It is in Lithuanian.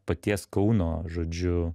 paties kauno žodžiu